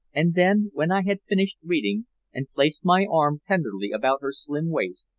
and then, when i had finished reading and placed my arm tenderly about her slim waist,